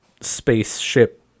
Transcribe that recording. spaceship